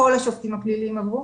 כל השופטים הפליליים עברו